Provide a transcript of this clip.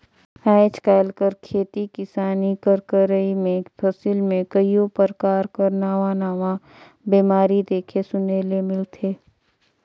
आएज काएल कर खेती किसानी कर करई में फसिल में कइयो परकार कर नावा नावा बेमारी देखे सुने ले मिलथे